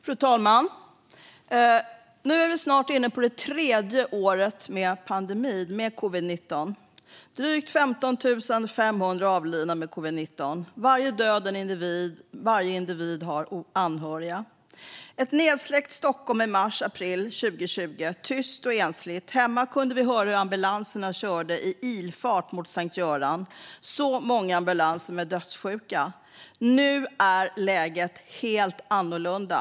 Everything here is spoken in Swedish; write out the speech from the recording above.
Fru talman! Nu är vi snart inne på det tredje året med covid-19-pandemin. Drygt 15 500 avlidna med covid-19. Varje död är en individ, och varje individ har anhöriga. Ett nedsläckt Stockholm i mars och april 2020, tyst och ensligt. Hemma kunde vi höra hur ambulanserna körde i ilfart mot Sankt Göran, så många ambulanser med dödssjuka. Nu är läget helt annorlunda.